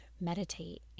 meditate